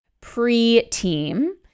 Pre-team